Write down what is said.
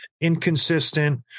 inconsistent